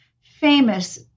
famous